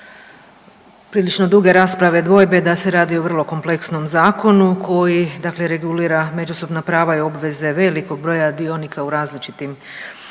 prilično duge rasprave dvojbe da se radi o vrlo kompleksnom zakonu koji dakle regulira međusobna prava i obveze velikog broja dionika u različitim